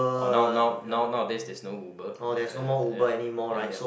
orh now now nowadays there's no Uber ya ya ya ya ya